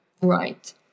right